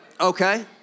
Okay